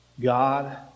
God